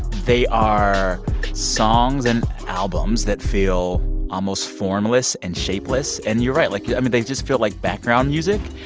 they are songs and albums that feel almost formless and shapeless. and you're right. like, i mean, they just feel like background music.